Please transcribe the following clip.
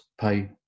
pay